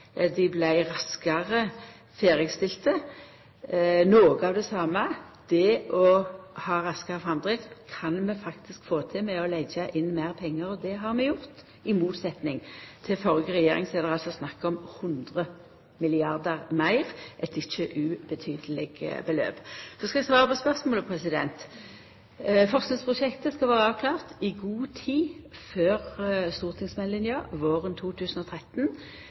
Dei vart raskare ferdigstilte. Noko av det same, nemleg raskare framdrift, kan vi få til ved å leggja inn meir pengar. Det har vi gjort. I motsetjing til under den førre regjeringa er det altså snakk om 100 mrd. kr. meir – eit ikkje ubetydeleg beløp. Så skal eg svara på spørsmålet. Forskingsprosjektet skal vera avklart i god tid før stortingsmeldinga våren 2013